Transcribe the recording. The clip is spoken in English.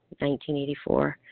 1984